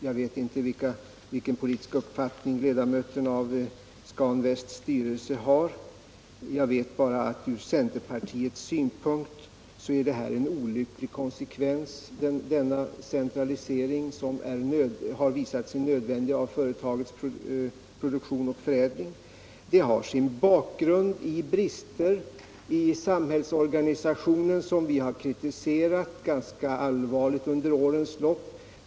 Jag vet inte vilken politisk uppfattning ledamöterna av Scan Västs styrelse har. Jag vet bara att den centralisering av företagets produktion och förädlingsverksamhet som visat sig vara nödvändig från centerpartiets synpunkt är olycklig.